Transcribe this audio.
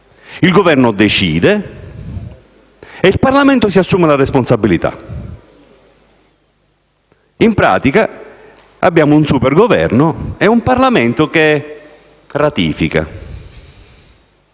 il Governo decide e il Parlamento si assume la responsabilità, in pratica, abbiamo un Supergoverno e un Parlamento che ratifica.